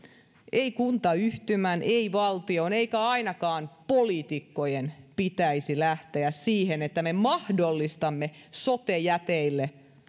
ei kuntayhtymän ei valtion eikä ainakaan poliitikkojen pitäisi lähteä siihen että me mahdollistamme sote jäteille